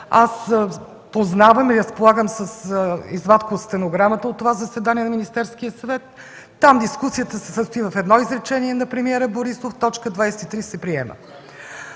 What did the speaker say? Аз познавам и разполагам с извадка от стенограмата на това заседание на Министерския съвет. Там дискусията се състои в едно изречение на премиера Борисов: „Точка 23 се приема”.